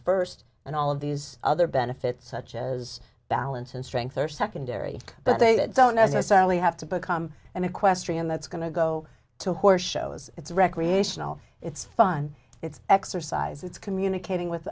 first and all of these other benefits such as balance and strength are secondary but they don't necessarily have to become an equestrian that's going to go to horse shows it's recreational it's fun it's exercise it's communicating with